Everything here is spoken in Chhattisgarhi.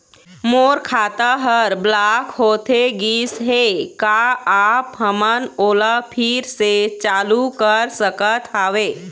मोर खाता हर ब्लॉक होथे गिस हे, का आप हमन ओला फिर से चालू कर सकत हावे?